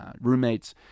roommates